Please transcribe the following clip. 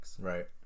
Right